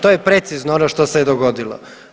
To je precizno ono što se je dogodilo.